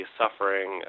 suffering